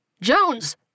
Jones